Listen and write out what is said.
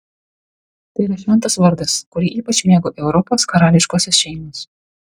tai yra šventas vardas kurį ypač mėgo europos karališkosios šeimos